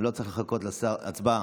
בואו נעביר כבר את הרפורמה המשפטית,